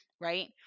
right